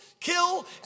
kill